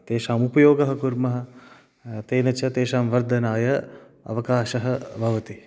तेषाम् उपयोगः कुर्मः तेन च तेषां वर्धनाय अवकाशः भवति